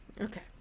Okay